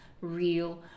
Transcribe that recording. real